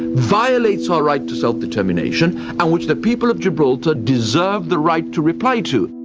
violates our right to self-determination, and which the people of gibraltar deserve the right to reply to.